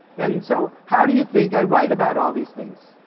and so how do you think i write about all these things?